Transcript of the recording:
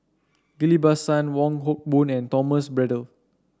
Ghillie Basan Wong Hock Boon and Thomas Braddell